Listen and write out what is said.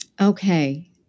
Okay